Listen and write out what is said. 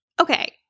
Okay